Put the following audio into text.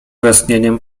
westchnieniem